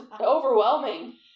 overwhelming